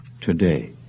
today